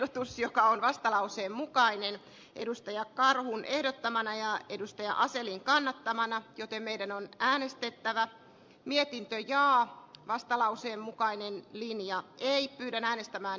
otos joka on vastalauseen mukainen edustaja karhun ehdottomana ja edustaja asellin kannattamana joten meidän on äänestettävä mietintöjä on vastalauseen mukainen linja kannatan tehtyä ehdotusta